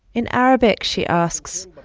in arabic, she asks,